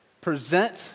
Present